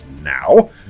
Now